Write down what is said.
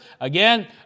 Again